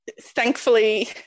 thankfully